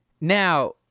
Now